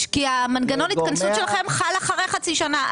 כי מנגנון ההתכנסות שלכם חל אחרי חצי שנה,